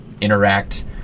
interact